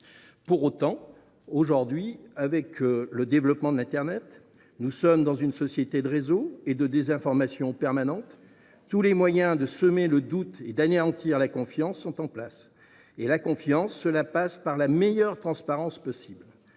Pour autant, aujourd’hui, avec le développement d’internet, nous sommes dans une société de réseaux sociaux et de désinformation permanente où tous les moyens de semer le doute et d’anéantir la confiance sont en place. Je le rappelle, la confiance passe par la meilleure transparence possible.